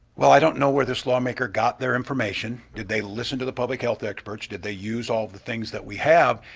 well, i don't know where this lawmaker got their information. did they listen to the public health experts? did they use all the things that we have?